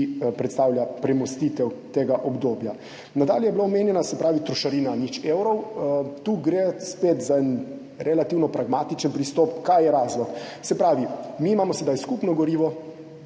predstavlja premostitev tega obdobja. Nadalje je bila omenjena trošarina 0 evrov. Tu gre spet za en relativno pragmatičen pristop. Kaj je razlog? Se pravi, mi imamo sedaj skupno gorivo